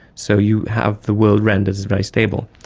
so you have, the world renders as very stable.